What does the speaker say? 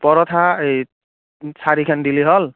পৰঠা এই চাৰিখন দিলে হ'ল